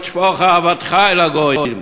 "שפוך אהבתך על הגויים".